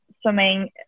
swimming